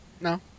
No